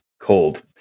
Cold